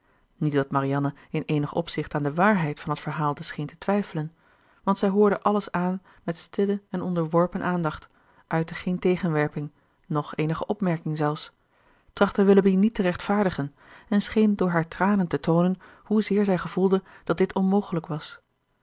niet dat marianne in eenig opzicht aan de waarheid van het verhaalde scheen te twijfelen want zij hoorde alles aan met stille en onderworpen aandacht uitte geen tegenwerping noch eenige opmerking zelfs trachtte willoughby niet te rechtvaardigen en scheen door haar tranen te toonen hoezeer zij gevoelde dat dit onmogelijk was